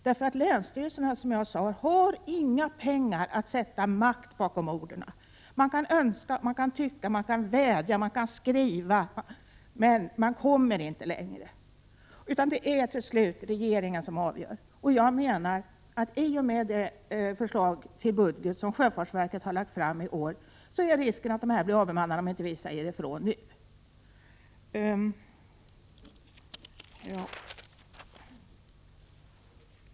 Som jag sade har länsstyrelserna nämligen inte några pengar för att sätta makt bakom orden. Man kan önska, man kan tycka, man kan vädja och man kan skriva, men man kommer inte längre, utan det är till sist regeringen som avgör. Jag menar att det i och med det förslag till budget som sjöfartsverket har lagt fram i år är risk för att dessa lotsstationer blir avbemannade om inte vi säger ifrån nu.